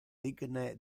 digne